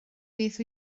beth